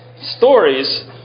stories